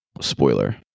spoiler